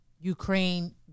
Ukraine